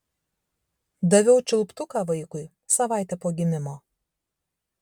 daviau čiulptuką vaikui savaitė po gimimo